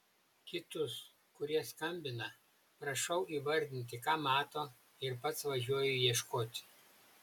kitus kurie skambina prašau įvardinti ką mato ir pats važiuoju ieškoti